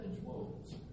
wolves